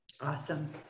Awesome